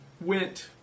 went